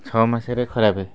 ଛଅ ମାସରେ ଖରାପ